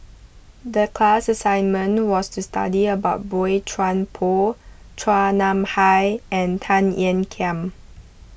the class assignment was to study about Boey Chuan Poh Chua Nam Hai and Tan Ean Kiam